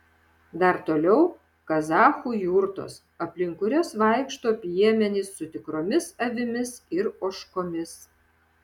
dar toliau kazachų jurtos aplink kurias vaikšto piemenys su tikromis avimis ir ožkomis